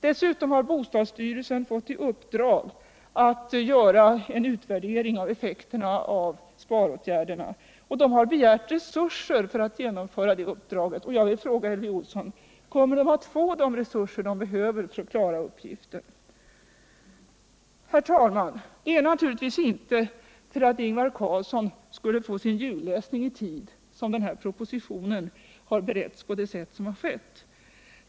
Dessutom har bostadsstyrelsen fått i uppdrag att göra en utvärdering av effekterna av sparåtgärderna och begärt resurser för att klara uppdraget. Jag vill fråga Elvy Olsson: Kommer bostadsstyrelsen att få resurser så att man klarar uppgiften? Herr talman! Det var naturligtvis inte för att Ingvar Carlsson skulle få sin Julläsning i tid som den här propositionen har beretts på det sätt som har skett.